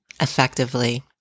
effectively